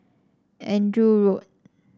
Andrew Road